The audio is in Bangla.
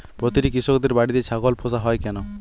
প্রতিটি কৃষকদের বাড়িতে ছাগল পোষা হয় কেন?